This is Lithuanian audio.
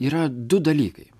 yra du dalykai